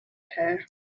here